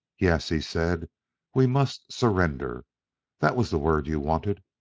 yes, he said we must surrender' that was the word you wanted.